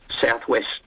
southwest